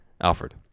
Alfred